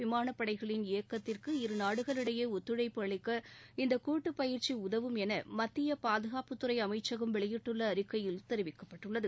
விமானப்படைகளின் இயக்கத்திற்கு இரு நாடுகளிடையே ஒத்துழைப்பு அளிக்க இந்தக் கூட்டுப் பயிற்சி உதவும் என மத்திய பாதுகாப்புத்துறை அமைச்சகம் வெளியிட்டுள்ள அறிக்கையில் தெரிவிக்கப்பட்டுள்ளது